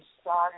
started